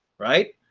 right?